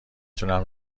تونم